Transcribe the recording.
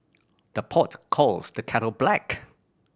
the pot calls the kettle black